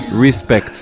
respect